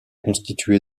constitué